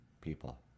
people